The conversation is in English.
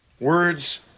Words